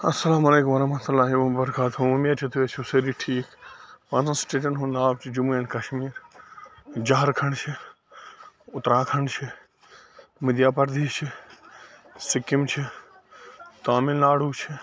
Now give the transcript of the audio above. اسلامُ علیکُم ورحمتہ اللہِ وبرکاتہ اُمید چھِ تُہۍ ٲسِو سأری ٹھیٖک پانٛژَن سٹیٹَن ہُنٛد ناو چھُ جموں اینٛڈ کَشمیٖر جارکھنٛڈ چھِ اُتراکھَنٛڈ چھِ مٔدھیہ پَردیش چھِ سِکِم چھِ تامِل ناڈوٗ چھِ